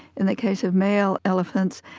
in the case of male elephants,